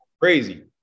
crazy